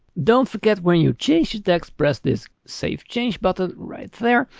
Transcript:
don't forget, when you change the text press this save change button right there.